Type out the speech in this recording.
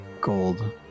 gold